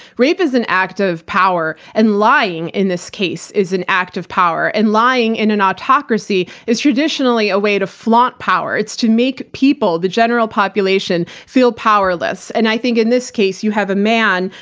rape is an act of power. and lying, in this case, is an act of power. and lying in an autocracy is traditionally a way to flaunt power, it's to make people, the general population feel powerless. and i think, in this case, you have a man,